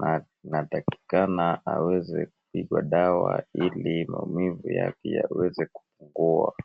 na inatakikana aweze kupigwa dawa ili maumivu yake yaweze kupungua.